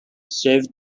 served